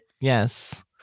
Yes